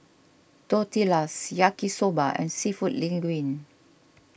Tortillas Yaki Soba and Seafood Linguine